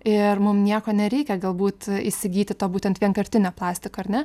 ir mum nieko nereikia galbūt įsigyti to būtent vienkartinio plastiko ar ne